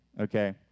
Okay